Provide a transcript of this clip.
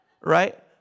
Right